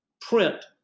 print